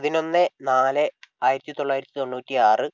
പതിനൊന്ന് നാല് ആയിരത്തി തൊള്ളായിരത്തി തൊണ്ണൂറ്റി ആറ്